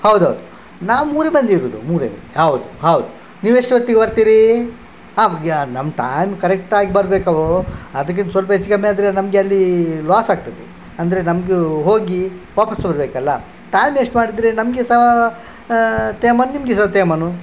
ಹೌದೌದು ನಾವು ಮೂರೇ ಮಂದಿ ಇರೋದು ಮೂರೇ ಹೌದು ಹೌದು ನೀವು ಎಷ್ಟೊತ್ತಿಗೆ ಬರ್ತೀರಿ ಹಾಂ ನಮ್ಮ ಟೈಮ್ ಕರೆಕ್ಟಾಗಿ ಬರ್ಬೇಕವು ಅದಕ್ಕಿಂತ ಸ್ವಲ್ಪ ಹೆಚ್ಚು ಕಮ್ಮಿಯಾದರೆ ನಮಗೆ ಅಲ್ಲಿ ಲಾಸ್ ಆಗ್ತದೆ ಅಂದರೆ ನಮ್ಗೆ ಹೋಗಿ ವಾಪಸ್ಸು ಬರಬೇಕಲ್ಲ ಟೈಮ್ ವೇಸ್ಟ್ ಮಾಡಿದ್ರೆ ನಮಗೆ ಸಹ ತ್ಯಾಮನ್ ನಿಮಗೆ ಸಹ ತ್ಯಾಮನ್ನು